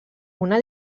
una